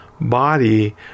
body